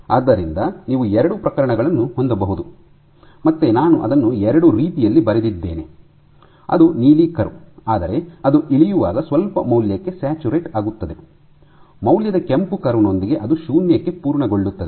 ಆದ್ದರಿಂದ ನೀವು ಎರಡು ಪ್ರಕರಣಗಳನ್ನು ಹೊಂದಬಹುದು ಮತ್ತೆ ನಾನು ಅದನ್ನು ಎರಡು ರೀತಿಯಲ್ಲಿ ಬರೆದಿದ್ದೇನೆ ಅದು ನೀಲಿ ಕರ್ವ್ ಆದರೆ ಅದು ಇಳಿಯುವಾಗ ಸ್ವಲ್ಪ ಮೌಲ್ಯಕ್ಕೆ ಸ್ಯಾಚುರೇಟ್ ಆಗುತ್ತದೆ ಮೌಲ್ಯದ ಕೆಂಪು ಕರ್ವ್ ನೊಂದಿಗೆ ಅದು ಶೂನ್ಯಕ್ಕೆ ಪೂರ್ಣಗೊಳ್ಳುತ್ತದೆ